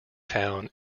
town